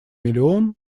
миллион